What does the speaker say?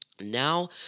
Now